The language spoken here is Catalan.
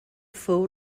fou